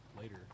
later